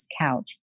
couch